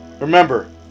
Remember